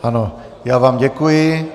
Ano, já vám děkuji.